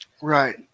Right